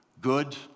Good